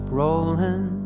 rolling